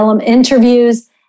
interviews